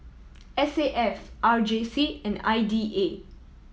S A F R J C and I D A